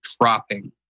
dropping